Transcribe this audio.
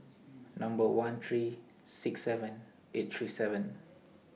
Number one three six seven eight three seven